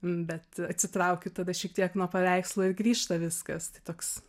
bet atsitraukiu tada šiek tiek nuo paveikslo ir grįžta viskas tai toks